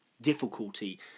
difficulty